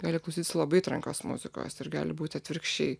gali klausytis labai trankios muzikos ir gali būti atvirkščiai